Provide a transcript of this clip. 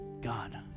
God